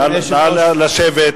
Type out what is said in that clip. אדוני היושב-ראש,